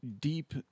deep